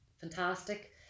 fantastic